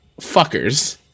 fuckers